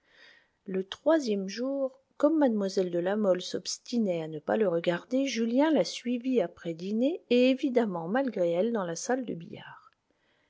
le troisième jour comme mlle de la mole s'obstinait à ne pas le regarder julien la suivit après dîner et évidemment malgré elle dans la salle de billard